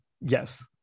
yes